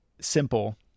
simple